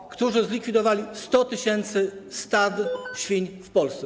Ooo... ...którzy zlikwidowali 100 tys. stad świń w Polsce.